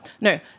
no